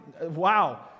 wow